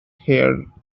here